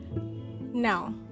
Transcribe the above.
now